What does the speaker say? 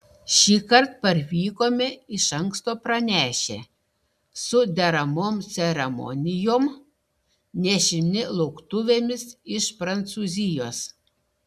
šįkart parvykome iš anksto pranešę su deramom ceremonijom nešini lauktuvėmis iš prancūzijos